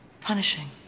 punishing